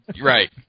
Right